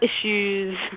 issues